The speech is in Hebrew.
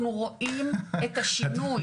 אנחנו רואים את השינוי.